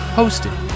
hosted